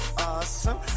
awesome